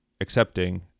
accepting